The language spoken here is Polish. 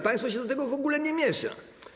Państwo się do tego w ogóle nie miesza.